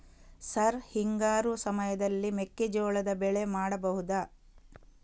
Sir ಹಿಂಗಾರು ಸಮಯದಲ್ಲಿ ಮೆಕ್ಕೆಜೋಳದ ಬೆಳೆ ಮಾಡಬಹುದಾ?